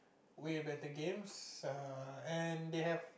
way better games err and they have